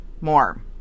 more